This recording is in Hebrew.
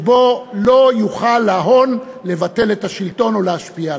שלא יוכל ההון לבטל את השלטון או להשפיע עליו.